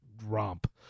romp